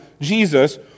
Jesus